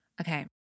Okay